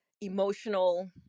emotional